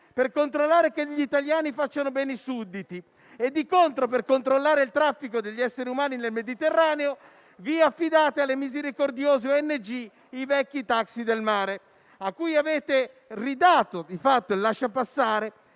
per controllare che gli italiani facciano bene i sudditi e di contro, per controllare il traffico degli esseri umani nel Mediterraneo, vi affidate alle misericordiose ONG, i vecchi taxi del mare, a cui avete ridato di fatto il lasciapassare.